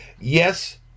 yes